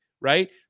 Right